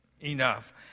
enough